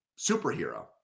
superhero